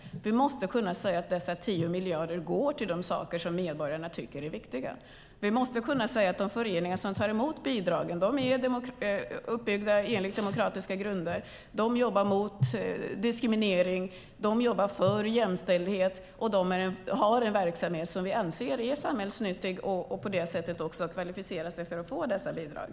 Vi måste kunna säga att dessa 10 miljarder går till de saker som medborgarna tycker är viktiga. Vi måste kunna säga att de föreningar som tar emot bidragen är uppbyggda enligt demokratiska grunder, jobbar mot diskriminering och för jämställdhet, bedriver en samhällsnyttig verksamhet och på det sättet kvalificerar sig för att få dessa bidrag.